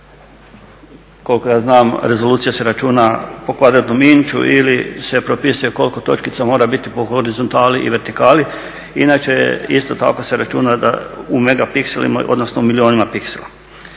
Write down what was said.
Koliko ja znam rezolucija se računa po kvaratnom inču ili se propisuje koliko točkica mora biti po horizontali i vertikali inače isto tako se računa u megapixelima odnosno u milijunima pixela.